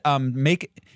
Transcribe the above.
make